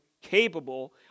capable